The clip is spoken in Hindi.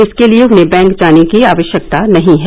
इसके लिए उन्हें बैंक जाने की आवश्यकता नहीं है